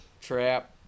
trap